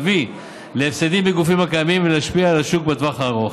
להביא להפסדים בגופים קיימים ולהשפיע על השוק בטווח הארוך.